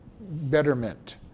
betterment